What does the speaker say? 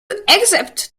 accept